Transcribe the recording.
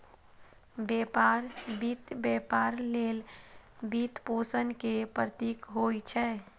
व्यापार वित्त व्यापार लेल वित्तपोषण के प्रतीक होइ छै